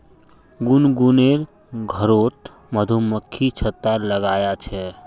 गुनगुनेर घरोत मधुमक्खी छत्ता लगाया छे